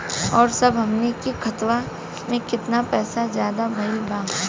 और अब हमनी के खतावा में कितना पैसा ज्यादा भईल बा?